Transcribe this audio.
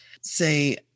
say